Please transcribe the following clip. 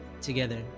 together